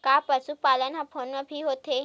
का पशुपालन ह फोन म भी होथे?